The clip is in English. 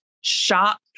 shop